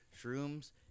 shrooms